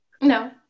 No